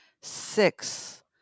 six